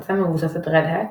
הפצה מבוססת Red Hat,